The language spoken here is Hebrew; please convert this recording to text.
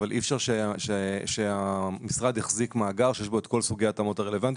אבל אי אפשר שהמשרד יחזיק מאגר שיש בו את כל סוגי ההתאמות הרלוונטיים.